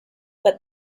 but